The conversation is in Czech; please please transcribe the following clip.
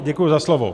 Děkuji za slovo.